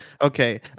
Okay